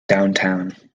downtown